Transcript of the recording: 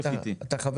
יש לנו יום שלם עם השר.